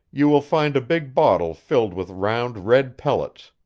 you will find a big bottle filled with round red pellets.